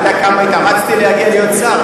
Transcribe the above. אתה יודע כמה התאמצתי להגיע להיות שר?